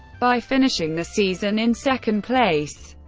by finishing the season in second place,